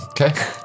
Okay